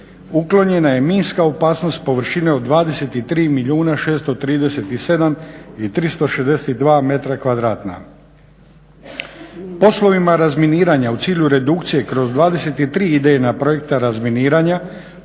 uklonjena je minska opasnost površine od 23 milijuna 637 i 362 metra2. Poslovima razminiranja u cilju redukcije kroz 23 idejna projekta razminiranja